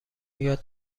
یاد